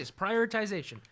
Prioritization